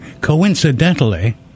coincidentally